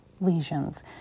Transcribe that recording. Lesions